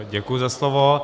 Děkuji za slovo.